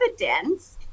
evidence